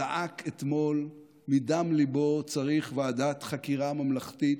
זעק אתמול מדם ליבו: צריך ועדת חקירה ממלכתית,